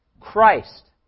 Christ